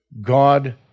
God